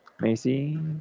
Macy